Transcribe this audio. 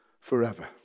forever